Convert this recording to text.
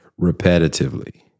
repetitively